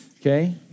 okay